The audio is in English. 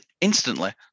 instantly